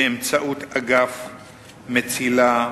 באמצעות אגף "מצילה"